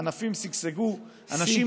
הענפים שגשגו, שיא.